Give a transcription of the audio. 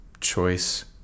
choice